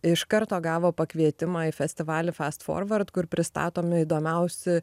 iš karto gavo pakvietimą į festivalį fast forward kur pristatomi įdomiausi